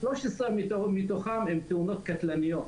13 מתוכן הן תאונות קטלניות.